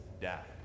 death